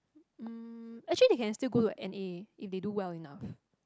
um actually they can still go to N_A if they do well enough